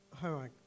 Hi